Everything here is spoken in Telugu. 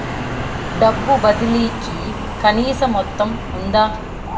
డబ్బు బదిలీ కి కనీస మొత్తం ఉందా?